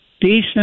decent